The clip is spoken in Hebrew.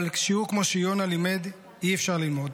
אבל שיעור כמו שיונה לימד אי-אפשר ללמוד.